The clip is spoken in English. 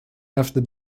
after